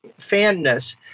fanness